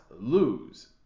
lose